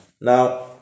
Now